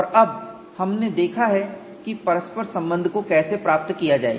और अब हमने देखा है कि परस्पर संबंध को कैसे प्राप्त किया जाए